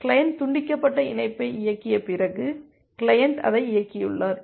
client துண்டிக்கப்பட்ட இணைப்பை இயக்கிய பிறகு கிளையன்ட் அதை இயக்கியுள்ளார்